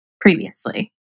previously